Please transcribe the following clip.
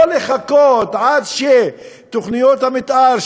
לא לחכות עד שתוכניות המתאר,